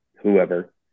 whoever